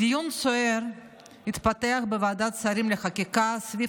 דיון סוער התפתח בוועדת השרים לחקיקה סביב